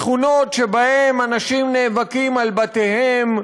שכונות שבהן אנשים נאבקים על בתיהם,